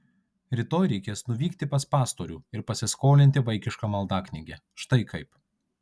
rytoj reikės nuvykti pas pastorių ir pasiskolinti vaikišką maldaknygę štai kaip